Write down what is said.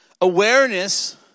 Awareness